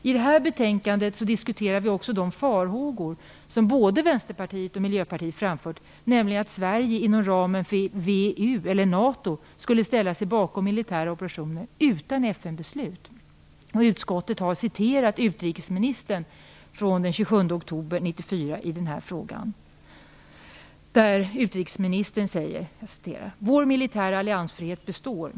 I det här betänkandet diskuterar vi också de farhågor som både Vänsterpartiet och Miljöpartiet har framfört för att Sverige, inom ramen för VEU eller NATO, skulle ställa sig bakom militära operationer utan FN-beslut. Utskottet har i den här frågan citerat utrikesministern från den 27 oktober 1994. Utrikseministern sade: "Vår alliansfrihet består.